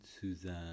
Suzanne